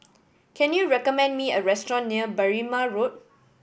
can you recommend me a restaurant near Berrima Road